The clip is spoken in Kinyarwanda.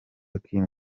kim